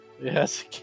Yes